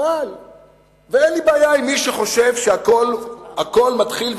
אין לי בעיה עם מי שחושב שהכול מתחיל,